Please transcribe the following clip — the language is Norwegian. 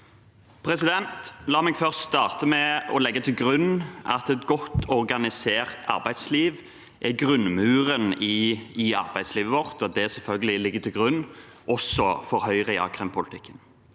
La meg starte med å legge til grunn at et godt organisert arbeidsliv er grunnmuren i arbeidslivet vårt, og at det selvfølgelig ligger til grunn, også for Høyre, i a-krimpolitikken.